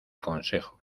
consejo